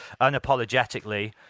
unapologetically